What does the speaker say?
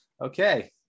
Okay